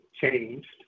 changed